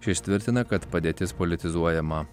šis tvirtina kad padėtis politizuojama